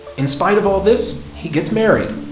in spite of all this, he gets married.